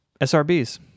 SRBs